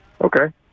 Okay